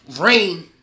Rain